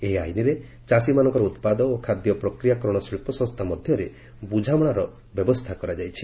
ଏହି ଆଇନରେ ଚାଷୀମାନଙ୍କର ଉତ୍ପାଦ ଓ ଖାଦ୍ୟ ପ୍ରକ୍ରିୟାକରଣ ଶିଳ୍ପସଂସ୍ଥା ମଧ୍ୟରେ ବୁଝାମଣାର ବ୍ୟବସ୍ଥା କରାଯାଇଛି